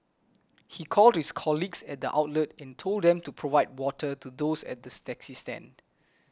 he called his colleagues at the outlet and told them to provide water to those at the taxi stand